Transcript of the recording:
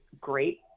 great